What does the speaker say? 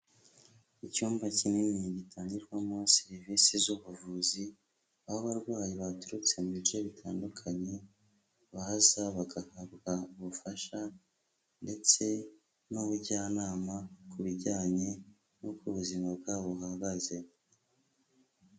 Icyumba kinini gitangirwamo serivisi z'ubuvuzi, aho abarwayi baturutse mu bice bitandukanye baza bagahabwa ubufasha ndetse n'ubujyanama ku bijyanye n'uko ubuzima bwabo buhagaze.